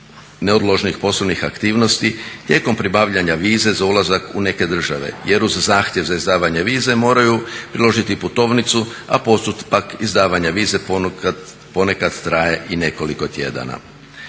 neodloženih poslovnih aktivnosti tijekom pribavljanja vize za ulazak u neke države jer uz zahtjev za izdavanje vize moraju priložiti putovnicu, a postupak izdavanja vize ponekad traje i nekoliko tjedana.